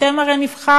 אתם הרי נבחרתם,